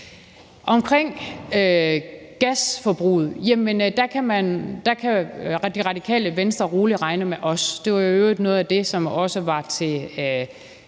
Omkring gasforbruget kan Radikale Venstre roligt regne med os. Det var i øvrigt noget af det, som også var til